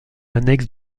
annexe